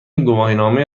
گواهینامه